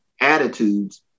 attitudes